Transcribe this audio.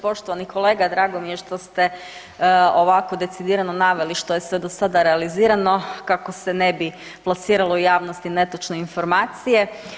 Poštovani kolega, drago mi je što ste ovako decidirano naveli što je sve do sada realizirano kako se ne bi plasiralo javnosti netočne informacije.